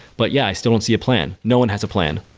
but yeah, i still don't see a plan. no one has a plan.